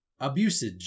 Abusage